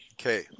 Okay